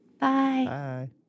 Bye